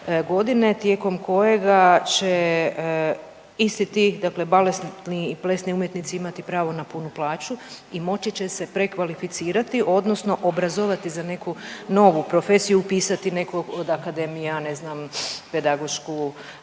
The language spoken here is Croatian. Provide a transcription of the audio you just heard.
godine tijekom kojega će isti ti dakle baletni i plesni umjetnici imati pravo na punu plaću i moći će se prekvalificirati, odnosno obrazovati za neku novu profesiju, upisati neku od akademija, ne znam, pedagošku,